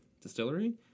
distillery